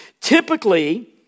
Typically